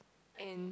and